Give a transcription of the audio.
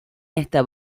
esta